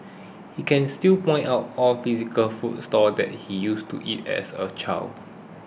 he can still point out all physical food stalls that he used to eat as a child